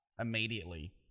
immediately